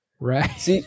Right